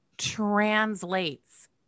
translates